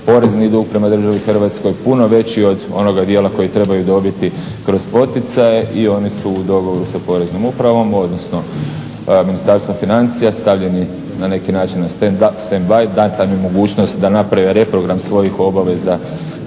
porezni dug prema državi Hrvatskoj puno veći od onoga dijela koji trebaju dobiti kroz poticaje i oni su u dogovoru sa Poreznom upravom odnosno sa Ministarstvom financija stavljeni na neki način na stand ap, stand by … mogućnost da naprave reprogram svojih obaveza